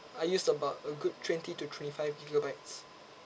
I use about a good twenty to twenty five gigabytes